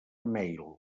mail